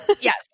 yes